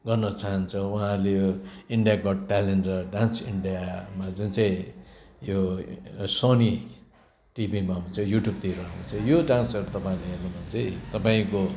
गर्न चहान्छ उहाँले इन्डिया गट ट्यालेन्ट र डान्स इन्डियामा जुन चाहिँ यो सोनी टिभीमा हुन्छ युट्युबतिर हुन्छ यो डान्सहरू तपाईँले हेर्नुभयो भने चाहिँ तपाईँको